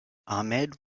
ahmad